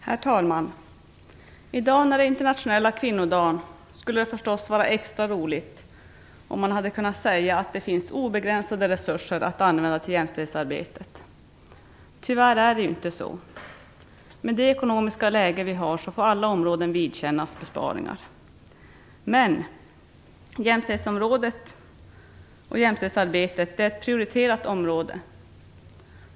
Herr talman! I dag när det är internationella kvinnodagen skulle det förstås vara extra roligt om man hade kunnat säga att det finns obegränsade resurser att använda till jämställdhetsarbetet. Tyvärr är det inte så. Med det ekonomiska läge vi befinner oss i får alla områden vidkännas besparingar. Men: Jämställdhetsområdet och jämställdhetsarbetet är ett prioriterat område.